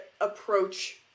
approach